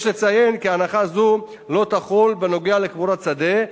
לציין כי הנחה זו לא תחול על קבורת שדה,